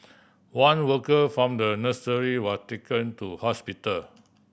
one worker from the nursery was taken to hospital